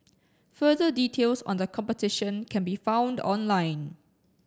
further details on the competition can be found online